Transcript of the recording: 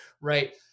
right